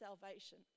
salvation